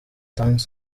itanze